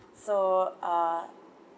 so uh